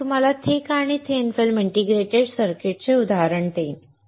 आणि मी तुम्हाला थिक आणि थिन फिल्म इंटिग्रेटेड सर्किट्सचे उदाहरण देईन